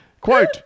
Quote